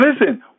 listen